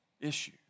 issue